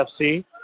FC